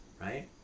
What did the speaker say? Right